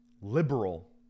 liberal